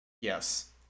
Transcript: Yes